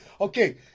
Okay